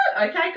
Okay